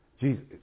Jesus